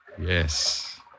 Yes